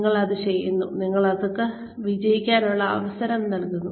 നിങ്ങൾ അത് ചെയ്യുന്നു നിങ്ങൾ അവർക്ക് വിജയിക്കാനുള്ള അവസരം നൽകുന്നു